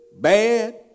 bad